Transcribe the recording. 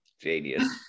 Genius